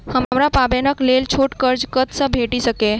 हमरा पाबैनक लेल छोट कर्ज कतऽ सँ भेटि सकैये?